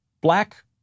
black